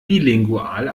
bilingual